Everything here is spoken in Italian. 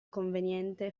conveniente